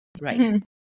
Right